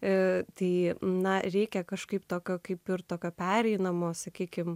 ir tai na reikia kažkaip tokio kaip ir tokio pereinamo sakykime